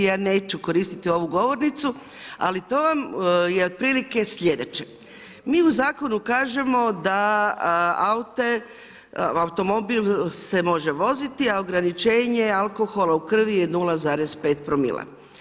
Ja neću koristiti ovu govornicu, ali to vam je otprilike slijedeće: mi u zakonu kažemo da se automobil može voziti, a ograničenje alkohola u krvi je 0,5 promila.